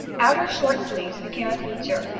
outer short sleeves became a feature,